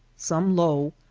some low,